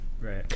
Right